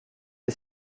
est